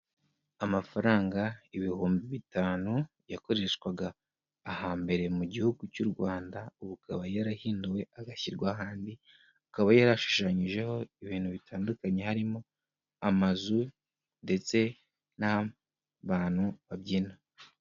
Amafaranga ibihumbi bitanu yakoreshwaga aha mbere mu gihugu cy'u Rwanda, ubu akaba yarahinduwe hagashyirwaho andi, akaba yari ashushanyijeho ibintu bitandukanye harimo amazu, ndetse n'abantu babyina.